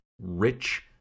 rich